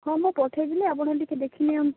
ହଁ ମୁଁ ପଠେଇଦେଲି ଆପଣ ଟିକେ ଦେଖି ନିଅନ୍ତୁ